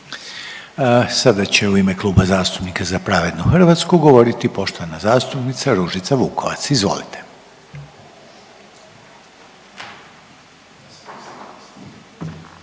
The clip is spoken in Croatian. (HDZ)** U ime Kluba zastupnika Za pravednu Hrvatsku govorit će poštovana zastupnica Ružica Vukovac, izvolite.